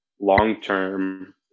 long-term